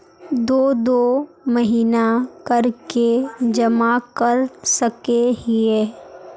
दो दो महीना कर के जमा कर सके हिये?